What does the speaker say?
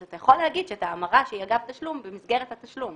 אז אתה יכול להגיד שאת ההמרה שהיא אגב תשלום במסגרת התשלום.